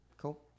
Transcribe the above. Cool